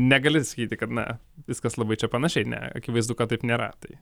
negali sakyti kad na viskas labai čia panašiai ne akivaizdu kad taip nėra tai